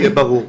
שיהיה ברור.